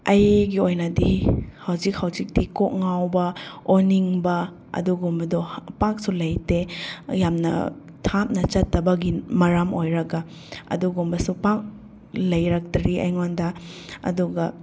ꯑꯩꯒꯤ ꯑꯣꯏꯅꯗꯤ ꯍꯧꯖꯤꯛ ꯍꯧꯖꯤꯛꯇꯤ ꯀꯣꯛ ꯉꯥꯎꯕ ꯑꯣꯅꯤꯡꯕ ꯑꯗꯨꯒꯨꯝꯕꯗꯣ ꯄꯥꯛꯁꯨ ꯂꯩꯇꯦ ꯌꯥꯝꯅ ꯊꯥꯞꯅ ꯆꯠꯇꯕꯒꯤ ꯃꯔꯝ ꯑꯣꯏꯔꯒ ꯑꯗꯨꯒꯨꯝꯕꯁꯨ ꯄꯥꯡ ꯂꯩꯔꯛꯇ꯭ꯔꯤ ꯑꯩꯉꯣꯟꯗ ꯑꯗꯨꯒ